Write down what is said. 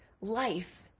life